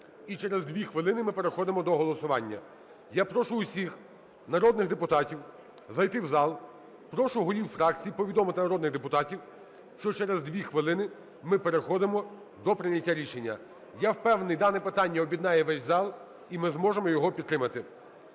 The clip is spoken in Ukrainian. і через дві хвилини ми переходимо до голосування. Я прошу усіх народних депутатів зайти в зал. Прошу голів фракцій повідомити народних депутатів, що через дві хвилини ми переходимо до прийняття рішення. я впевнений, дане питання об'єднає весь зал, і ми зможемо його підтримати.